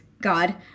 God